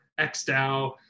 XDAO